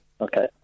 Okay